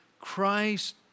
Christ